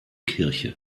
kirche